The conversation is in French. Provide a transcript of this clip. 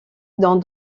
dans